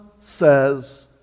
says